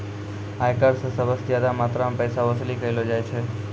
आयकर स सबस ज्यादा मात्रा म पैसा वसूली कयलो जाय छै